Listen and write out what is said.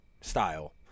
style